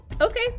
okay